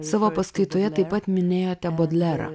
savo paskaitoje taip pat minėjote bodlerą